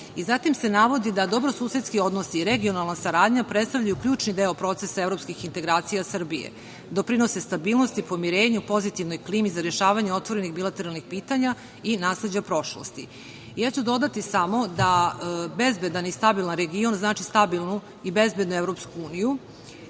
se navodi da dobrosusedski odnosi i regionalna saradnja predstavljaju ključni deo procesa evropskih integracija Srbije. Doprinose stabilnosti, pomirenju, pozitivnoj klimi za rešavanje otvorenih bilateralnih pitanja i nasleđa prošlosti. Ja ću dodati samo da bezbedan i stabilan region znači stabilnu i bezbednu EU i